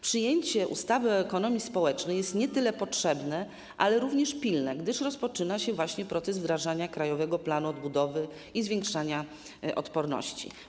Przyjęcie ustawy o ekonomii społecznej jest nie tylko potrzebne, ale również pilne, gdyż rozpoczyna się właśnie proces wdrażania Krajowego Planu Odbudowy i Zwiększania Odporności.